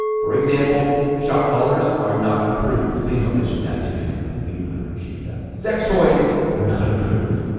for example, shot callers are not approved. please don't mention that to dakota, he would not appreciate that sex toys are not approved,